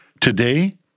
Today